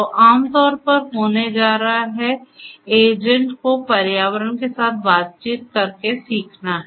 तो आम तौर पर होने जा रहा है एजेंट को पर्यावरण के साथ बातचीत करके सीखना है